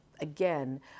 again